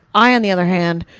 i on the other hand,